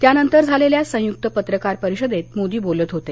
त्यानंतर झालेल्या संयुक्त पत्रकार परिषदेत मोदी बोलत होते